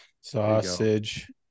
sausage